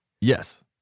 Yes